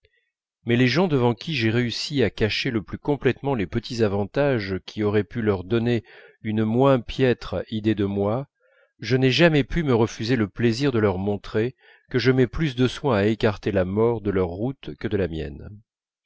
mais les gens devant qui j'ai réussi à cacher le plus complètement les petits avantages qui auraient pu leur donner une moins piètre idée de moi je n'ai jamais pu me refuser le plaisir de leur montrer que je mets plus de soin à écarter la mort de leur route que de la mienne